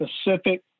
specific